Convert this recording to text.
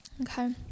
Okay